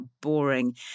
boring